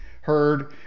heard